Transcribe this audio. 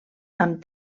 amb